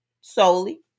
solely